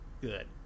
Good